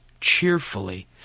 cheerfully